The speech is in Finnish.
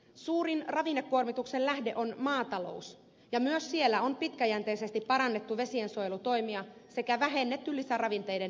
suurin ravinnekuormituksen lähde on maatalous ja myös siellä on pitkäjänteisesti parannettu vesiensuojelutoimia sekä vähennetty lisäravinteiden levitystä maahan